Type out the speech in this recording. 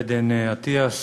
עדן אטיאס.